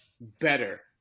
better